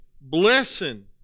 blessing